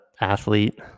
athlete